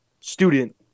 student